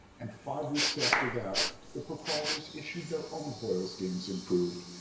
and five weeks after that the proprietors issued their own hoyle's games improved,